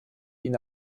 ihn